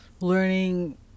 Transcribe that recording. learning